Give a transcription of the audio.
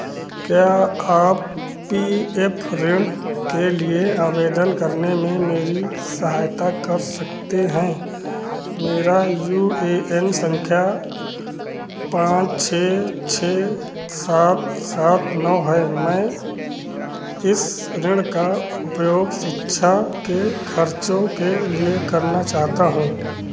क्या आप P F ऋण के लिए आवेदन करने में मेरी सहायता कर सकते हैं मेरा यू ए एन संख्या पाँच छः छः सात सात नौ है मैं इस ऋण का उपयोग शिक्षा के खर्चों के लिए करना चाहता हूँ